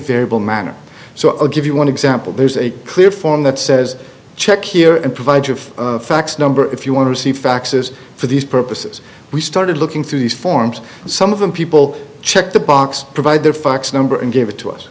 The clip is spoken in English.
variable manner so i'll give you want to example there's a clear form that says check here and provides of fax number if you want to see faxes for these purposes we started looking through these forms some of them people checked the box provide their fax number and gave it to us